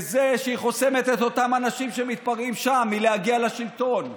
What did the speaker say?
בזה שהיא חוסמת את אותם אנשים שמתפרעים שם מלהגיע לשלטון,